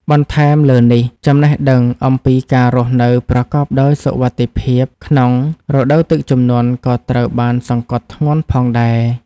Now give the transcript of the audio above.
បន្ថែមលើនេះ ចំណេះដឹងអំពីការរស់នៅប្រកបដោយសុវត្ថិភាពក្នុងរដូវទឹកជំនន់ ក៏ត្រូវបានសង្កត់ធ្ងន់ផងដែរ។